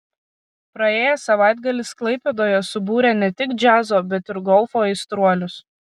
praėjęs savaitgalis klaipėdoje subūrė ne tik džiazo bet ir golfo aistruolius